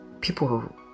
people